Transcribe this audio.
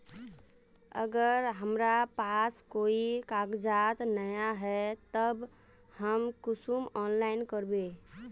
अगर हमरा पास कोई कागजात नय है तब हम कुंसम ऑनलाइन करबे?